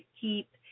keep